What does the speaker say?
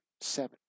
Seven